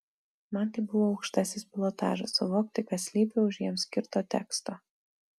man tai buvo aukštasis pilotažas suvokti kas slypi už jiems skirto teksto